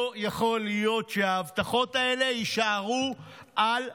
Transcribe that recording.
לא יכול להיות שההבטחות האלה יישארו על הנייר.